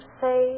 say